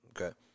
Okay